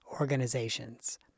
organizations